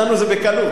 זה בקלות.